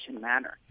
manner